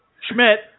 Schmidt